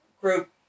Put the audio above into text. group